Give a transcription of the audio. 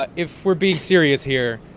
but if we're being serious here,